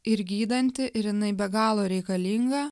ir gydanti ir jinai be galo reikalinga